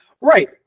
Right